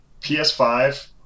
PS5